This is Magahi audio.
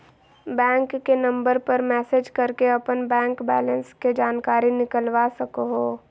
बैंक के नंबर पर मैसेज करके अपन बैंक बैलेंस के जानकारी निकलवा सको हो